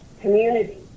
community